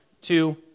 two